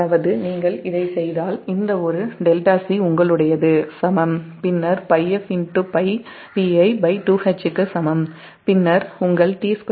அதாவது நீங்கள் இதைச் செய்தால் இந்த 𝜹c சமம் பின்னர் 𝝅fPi2H க்கு சமம் பின்னர் உங்கள் t2c 𝜹0